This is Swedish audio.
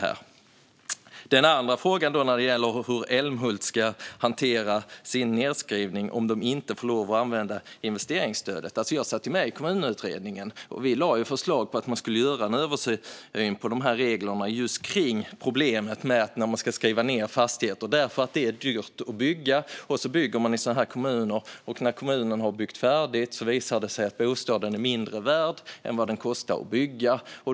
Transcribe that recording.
Så till frågan hur Älmhult ska hantera sin nedskrivning om de inte får använda investeringsstödet. Jag satt med i Kommunutredningen, och vi lade fram förslag om att det skulle göras en översyn av reglerna just avseende problemet att skriva ned fastigheter. Att bygga är dyrt, och när små kommuner har byggt färdigt visar det sig att bostaden är mindre värd än vad den kostade att bygga.